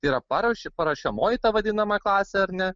tai yra paruošia paruošiamoji tą vadinama klasė ar ne